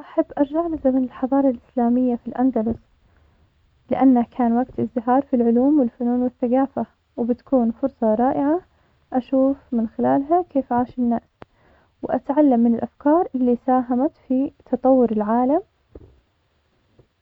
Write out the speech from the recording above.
أحب أروح لزمن الحضارة الإسلامية في الأندلس لأنه كان وقت إزدهار في العلوم والفنون والثقافة, وبتكون فرصة رائعة أشوف من خلالها, كيف عاش الناس؟ وأتعلم من الأفكار اللي ساهمت في تطور العالم,